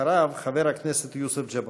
אחריו, חבר הכנסת יוסף ג'בארין.